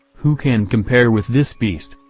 who can compare with this beast?